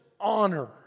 honor